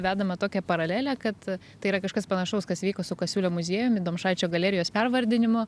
vedamą tokią paralelę kad tai yra kažkas panašaus kas vyko su kasiulio muziejumi domšaičio galerijos pervardinimu